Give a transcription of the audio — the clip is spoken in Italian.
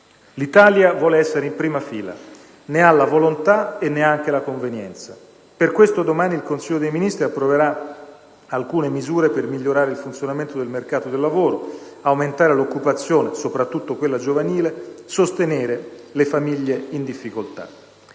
L'Italia vuole essere in prima fila. Ne ha la volontà e ne ha anche la convenienza. Per questo domani il Consiglio dei ministri approverà alcune misure per migliorare il funzionamento del mercato del lavoro, aumentare l'occupazione, soprattutto quella giovanile, e sostenere le famiglie in difficoltà.